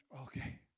Okay